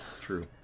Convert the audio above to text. True